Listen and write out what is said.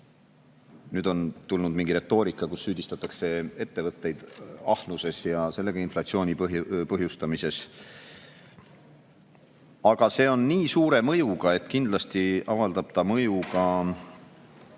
Nüüd on tulnud mingi retoorika, kus süüdistatakse ettevõtteid ahnuses ja sellega inflatsiooni põhjustamises. Aga see on nii suure mõjuga, et kindlasti avaldab ta mõju